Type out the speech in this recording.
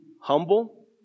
humble